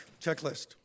checklist